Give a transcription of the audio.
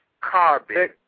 carbon